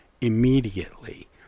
immediately